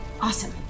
Awesome